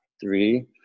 three